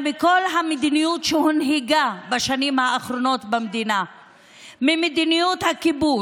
ראיתי כאן ממשלות שנופלות, ממשלות שקמות,